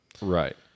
right